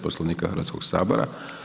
Poslovnika Hrvatskog sabora.